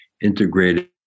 integrated